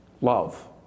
Love